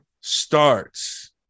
starts